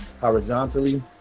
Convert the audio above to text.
horizontally